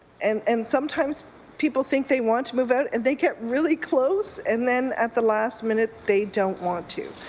and and sometimes people think they want to move out. and they get really close and then at the last minute, they don't want to.